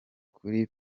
kuri